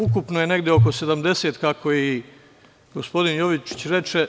Ukupno ih je negde oko 70, kako i gospodin Jovičić reče.